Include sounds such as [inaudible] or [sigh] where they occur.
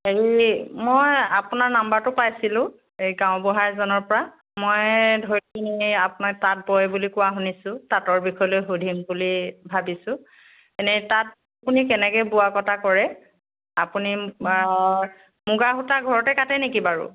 হেৰি মই আপোনাৰ নাম্বাৰটো পাইছিলোঁ এই গাঁওবুঢ়া এজনৰপৰা মই [unintelligible] আপোনাক তাঁত বয় বুলি শুনিছোঁ তাঁতৰ বিষয় লৈ সুধিম বুলি ভাবিছোঁ এনেই তাঁত আপুনি কেনেকৈ বোৱা কটা কৰে আপুনি মুগা সূতা ঘৰতে কাটে নেকি বাৰু